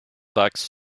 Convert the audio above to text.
bucks